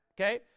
okay